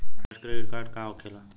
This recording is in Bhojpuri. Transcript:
फास्ट क्रेडिट का होखेला?